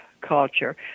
culture